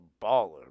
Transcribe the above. baller